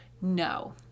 No